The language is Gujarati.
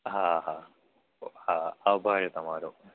હા હા હા આભાર તમારો